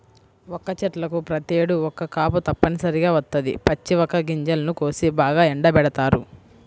వక్క చెట్లకు ప్రతేడు ఒక్క కాపు తప్పనిసరిగా వత్తది, పచ్చి వక్క గింజలను కోసి బాగా ఎండబెడతారు